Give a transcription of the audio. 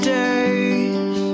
days